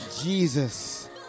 Jesus